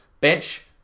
bench